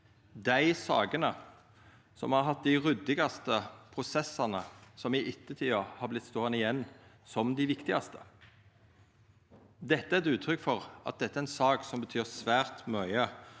dei sakene som har hatt dei ryddigaste prosessane som i ettertid har vorte ståande igjen som dei viktigaste. Det er eit uttrykk for at dette er ei sak som betyr svært mykje